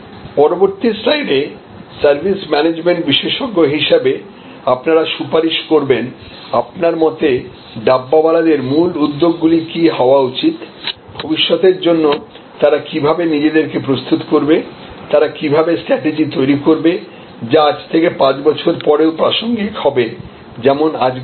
পরবর্তী স্লাইডে service management বিশেষজ্ঞ হিসাবে আপনারা সুপারিশ করবেন আপনার মতে ডাব্বাওয়ালাদের মূল উদ্যোগগুলি কি হওয়া উচিত ভবিষ্যতের জন্য তারা কীভাবে নিজেদেরকে প্রস্তুত করবে তারা কীভাবে স্ট্রাটেজি তৈরি করবে যা আজ থেকে 10 বছর পরেও প্রাসঙ্গিক হবে যেমন আজকে আছে